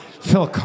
Phil